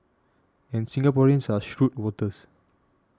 and Singaporeans are shrewd voters